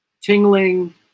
Tingling